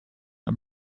and